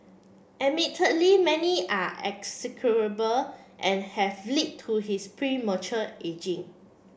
admittedly many are execrable and have led to his premature ageing